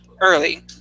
early